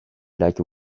lac